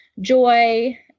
joy